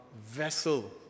vessel